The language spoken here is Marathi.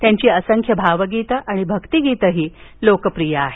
त्यांची असंख्य भावगीतं भक्तिगीतंही लोकप्रिय आहेत